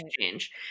change